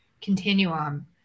continuum